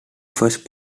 first